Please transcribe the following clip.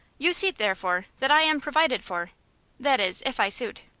you see, therefore, that i am provided for that is, if i suit.